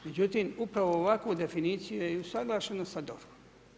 Međutim, upravo ovakvu definiciju je i usaglašena sa DORH-om.